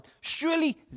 Surely